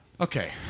Okay